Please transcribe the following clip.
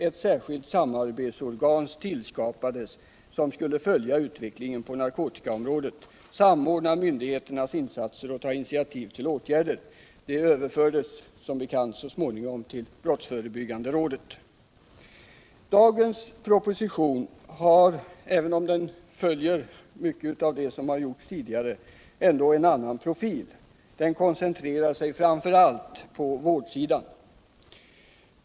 Ett särskilt samarbetsorgan tillskapades som skulle följa utvecklingen på narkotikaområdet, samordna myndigheternas insatser och ta initiativ till åtgärder. Det överfördes som bekant så småningom till brottsförebyggande rådet. Även om dagens proposition följer mycket av det som gjorts tidigare, har den ändå en annan profil. Den koncentrerar sig framför allt på vårdsidan.